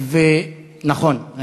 נכון.